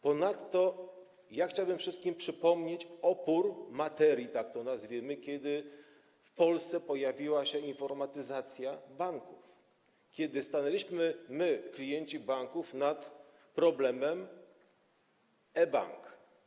Ponadto chciałbym wszystkim przypomnieć opór materii, tak to nazwijmy, kiedy w Polsce pojawiła się informatyzacja banków, kiedy stanęliśmy, my, klienci banków, przed problemem e-banku.